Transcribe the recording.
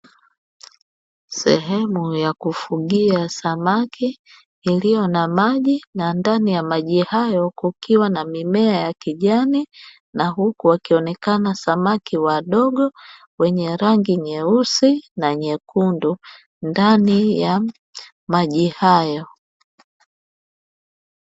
Sehemu ya kufugia samaki iliyo na maji na ndani ya maji hayo kukiwa na mimea ya kijani, na huku wakionekana samaki wadogo wenye rangi nyeusi na nyekundu ndani ya maji hayo.